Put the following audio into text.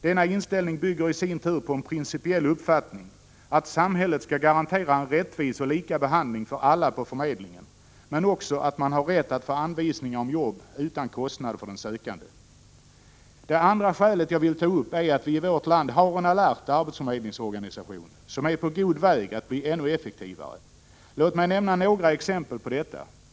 Denna inställning bygger i sin tur på en principiell uppfattning att samhället skall garantera en rättvis och lika behandling för alla på förmedlingen, men också att man som sökande har rätt att utan kostnader få anvisningar om jobb. Det andra skälet jag vill ta upp är att vi i vårt land har en alert arbetsförmedlingsorganisation, som är på god väg att bli ännu effektivare. Låt mig nämna några exempel på detta.